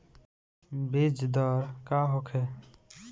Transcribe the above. बीजदर का होखे?